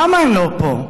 למה הם לא פה?